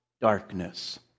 Darkness